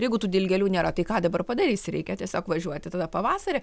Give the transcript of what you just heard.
jeigu tų dilgėlių nėra tai ką dabar padarysi reikia tiesiog važiuoti tada pavasarį